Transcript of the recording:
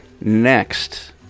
next